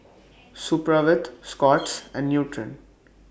Supravit Scott's and Nutren